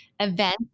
event